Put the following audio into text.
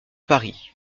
paris